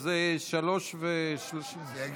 אז 15:30. זה הדבר היחידי שעובד,